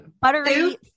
buttery